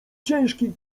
ciężki